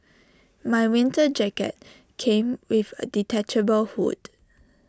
my winter jacket came with A detachable hood